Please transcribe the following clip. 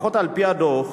לפחות על-פי הדוח,